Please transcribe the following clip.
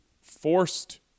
forced